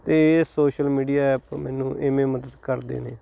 ਅਤੇ ਇਹ social media app ਮੈਨੂੰ ਇਵੇਂ ਮਦਦ ਕਰਦੇ ਨੇ